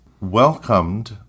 welcomed